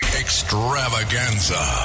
extravaganza